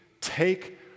take